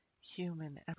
Human